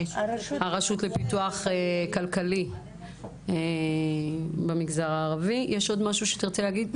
הרשות לפיתוח כלכלי במגזר הערבי יש עוד משהו שאתה רוצה להגיד?